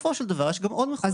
בסופו של דבר יש גם עוד מחויבויות